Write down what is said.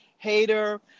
hater